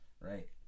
right